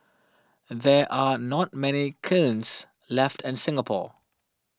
there are not many kilns left in Singapore